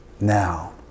now